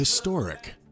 Historic